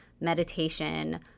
meditation